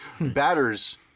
batters